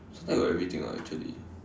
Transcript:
suntec got everything [what] actually